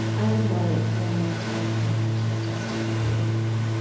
i would love it if you want to read tickled pink, which is just beautiful.